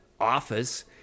office